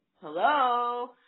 Hello